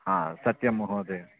हा सत्यं महोदय